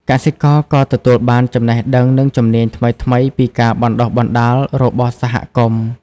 កសិករក៏ទទួលបានចំណេះដឹងនិងជំនាញថ្មីៗពីការបណ្ដុះបណ្ដាលរបស់សហគមន៍។